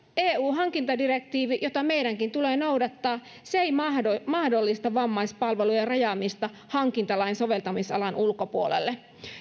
eun hankintadirektiivi jota meidänkin tulee noudattaa ei mahdollista vammaispalvelujen rajaamista hankintalain soveltamisalan ulkopuolelle